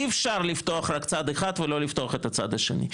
אי-אפשר לפתוח רק צד אחד, ולא לפתוח את הצד השני.